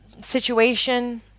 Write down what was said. situation